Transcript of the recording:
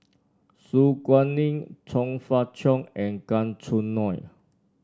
Su Guaning Chong Fah Cheong and Gan Choo Neo